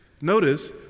notice